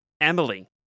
Emily